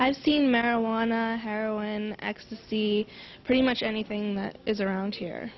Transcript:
i've seen marijuana heroin ecstasy pretty much anything that is around here